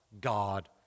God